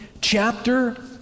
chapter